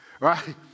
Right